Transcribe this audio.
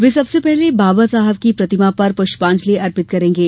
वे सबसे पहले बाबा साहब की प्रतिमा पर प्रष्पांजलि अर्पित करेंगे